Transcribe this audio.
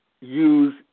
use